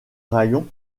raïon